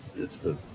it's the,